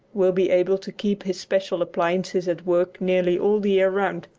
will be able to keep his special appliances at work nearly all the year round.